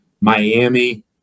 Miami